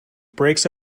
breaks